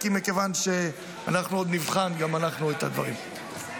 מכיוון שעוד נבחן גם אנחנו את הדברים.